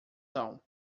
são